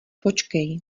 počkej